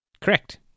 Correct